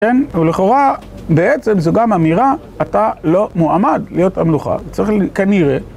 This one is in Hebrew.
כן, אבל לכאורה בעצם זו גם אמירה, אתה לא מועמד להיות המלוכה, צריך כנראה...